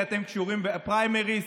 כי אתם קשורים בפריימריז.